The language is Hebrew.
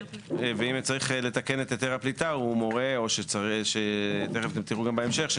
ואם צריך לתקן את היתר הפליטה הוא מורה או תיכף אתם תראו גם בהמשך,